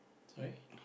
sorry